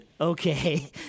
okay